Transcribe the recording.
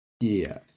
Yes